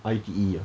I_T_E ah